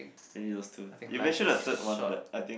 eh yours too you mentioned a third one but I think